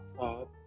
up